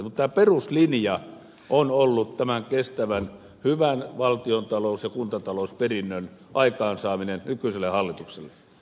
mutta tämä peruslinja on ollut tämän kestävän hyvän valtiontalous ja kuntatalousperinnön aikaansaaminen nykyiselle hallitukselle